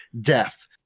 death